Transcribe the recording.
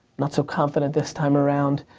not so confident this time around.